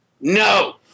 No